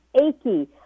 achy